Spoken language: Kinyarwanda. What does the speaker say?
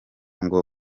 ngo